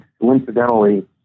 Coincidentally